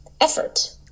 effort